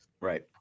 right